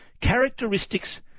Characteristics